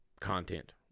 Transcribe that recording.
content